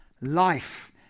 life